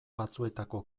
batzuetako